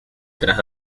tras